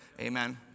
Amen